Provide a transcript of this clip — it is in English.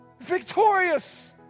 Victorious